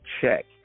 check